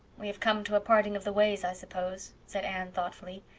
we have come to a parting of the ways, i suppose, said anne thoughtfully.